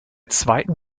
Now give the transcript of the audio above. zweiten